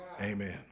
Amen